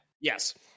Yes